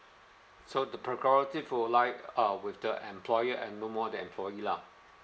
so the provocative will like uh with the employer and no more the employee lah